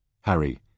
Harry